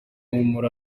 muri